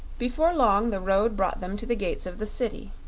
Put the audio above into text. before long the road brought them to the gates of the city.